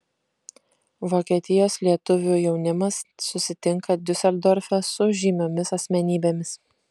vokietijos lietuvių jaunimas susitinka diuseldorfe su žymiomis asmenybėmis